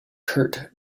curt